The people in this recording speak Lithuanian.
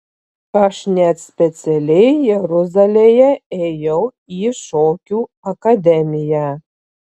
aš net specialiai jeruzalėje ėjau į šokių akademiją